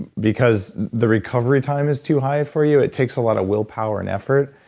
because the recovery time is too high for you. it takes a lot of willpower and effort,